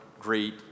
great